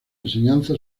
enseñanza